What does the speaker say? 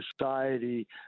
society